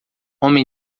homem